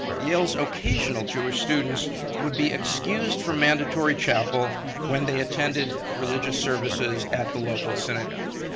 yale's occasional jewish students would be excused from mandatory chapel when they attended religious services at the local synagogue.